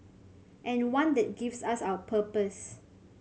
and one that gives us our purpose